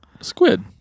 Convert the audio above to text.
squid